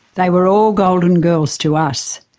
they were all golden girls to us.